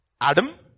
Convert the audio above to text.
Adam